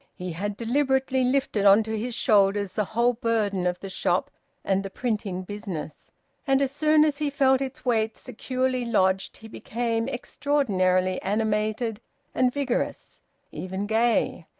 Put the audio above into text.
he had deliberately lifted on to his shoulders the whole burden of the shop and the printing business and as soon as he felt its weight securely lodged he became extraordinarily animated and vigorous even gay.